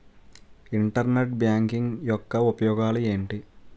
Internet banking యెక్క ఉపయోగాలు ఎంటి?